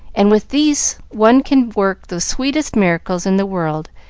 and with these one can work the sweetest miracles in the world,